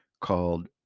called